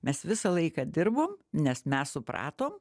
mes visą laiką dirbom nes mes supratom